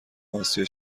اسیا